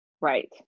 right